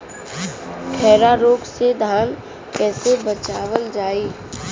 खैरा रोग से धान कईसे बचावल जाई?